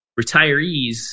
Retirees